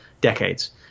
decades